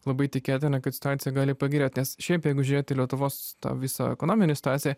labai tikėtina kad situacija gali pagerėt nes šiaip jeigu žiūrėt į lietuvos tą visą ekonominę situaciją